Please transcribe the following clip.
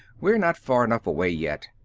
we're not far enough away, yet.